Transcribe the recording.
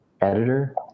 editor